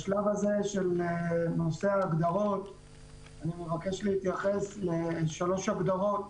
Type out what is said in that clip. בשלב הזה של נושא ההגדרות אני מבקש להתייחס לשלוש הגדרות